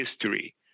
history